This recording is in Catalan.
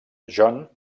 john